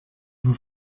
vous